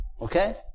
Okay